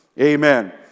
Amen